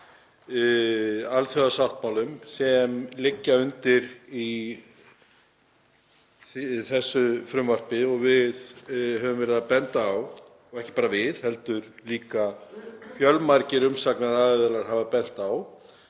alþjóðasáttmálum sem liggja undir í þessu frumvarpi og við höfum verið að benda á, og ekki bara við heldur líka fjölmargir umsagnaraðilar, að er